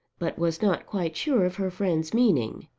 but was not quite sure of her friend's meaning.